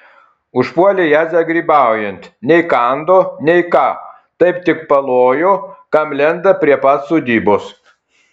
užpuolė jadzę grybaujant nei kando nei ką taip tik palojo kam lenda prie pat sodybos